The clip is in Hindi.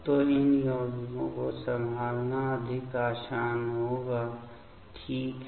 तो इन यौगिकों को संभालना अधिक आसान होगा ठीक है